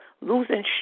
losing